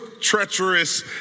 treacherous